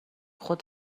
خود